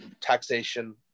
taxation